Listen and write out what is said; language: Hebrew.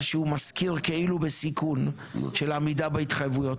שהוא משכיר כאילו בסיכון של עמידה בהתחייבויות.